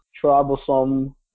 Troublesome